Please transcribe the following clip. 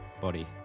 body